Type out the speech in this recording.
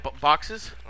boxes